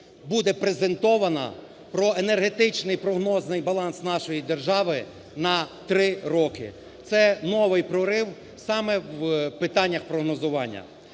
буде презентована, про енергетичний прогнозний баланс нашої держави на три роки. Це новий прорив саме в питаннях прогнозування.